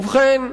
ובכן,